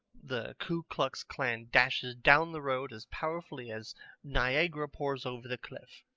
the ku klux klan dashes down the road as powerfully as niagara pours over the cliff.